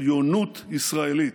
עליונות ישראלית.